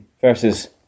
versus